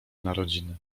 narodziny